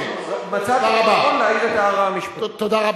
מצאתי לנכון להעיר את ההערה המשפטית.